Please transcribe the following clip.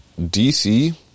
DC